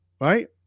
Right